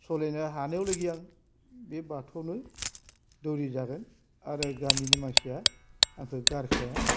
सलिनो हानायावलागि आं बे बाथौवावनो दौरि जागोन आरो गामिनि मानसिया आंखो गारखाया